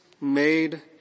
made